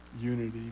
unity